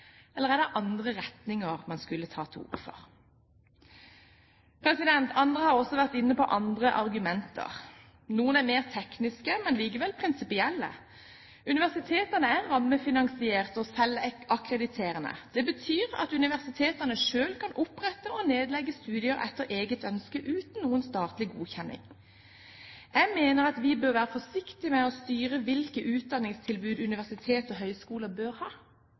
andre retninger man skulle ta til orde for? Andre har også vært inne på andre argumenter. Noen er mer tekniske, men likevel prinsipielle. Universitetene er rammefinansiert og selvakkrediterende. Det betyr at universitetene selv kan opprette og nedlegge studier etter eget ønske, uten noen statlig godkjenning. Jeg mener at vi bør være forsiktig med å styre hvilke utdanningstilbud universiteter og høyskoler bør ha.